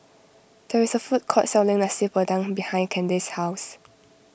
there is a food court selling Nasi Padang behind Candace's house